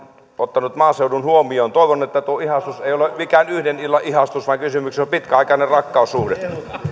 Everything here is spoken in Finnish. ottanut maaseudun huomioon toivon että tuo ihastus ei ole mikään yhden illan ihastus vaan kysymyksessä on pitkäaikainen rakkaussuhde